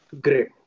Great